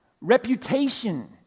reputation